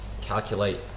calculate